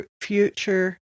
future